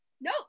no